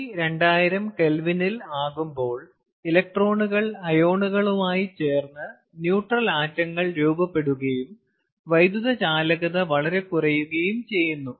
T 2000K നിൽ ആകുമ്പോൾ ഇലക്ട്രോണുകൾ അയോണുകളുമായി ചേർന്ന് ന്യൂട്രൽ ആറ്റങ്ങൾ രൂപപ്പെടുകയും വൈദ്യുത ചാലകത വളരെ കുറയുകയും ചെയ്യുന്നു